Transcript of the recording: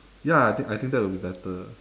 ya I think I think that would be better